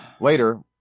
Later